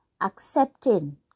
accepting